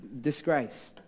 disgrace